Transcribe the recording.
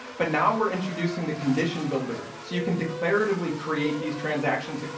but now we're introducing the condition builder so you can declare it ugly, create these transactions,